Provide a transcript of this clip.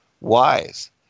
wise